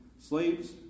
Slaves